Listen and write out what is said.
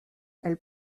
elles